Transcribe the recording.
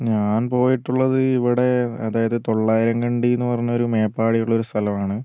ഞാൻ പോയിട്ടുള്ളത് ഇവിടെ അതായത് തൊള്ളായിരം കണ്ടി എന്നു പറഞ്ഞ മേപ്പാടി ഉള്ളൊരു സ്ഥലം ആണ്